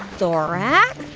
thorax,